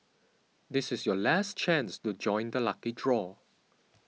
this is your last chance to join the lucky draw